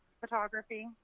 photography